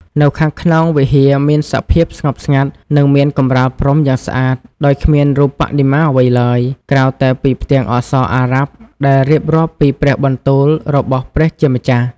នៅខាងក្នុងវិហារមានសភាពស្ងប់ស្ងាត់ និងមានកម្រាលព្រំយ៉ាងស្អាត ដោយគ្មានរូបបដិមាអ្វីឡើយ ក្រៅតែពីផ្ទាំងអក្សរអារ៉ាប់ដែលរៀបរាប់ពីព្រះបន្ទូលរបស់ព្រះជាម្ចាស់។